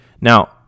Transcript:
now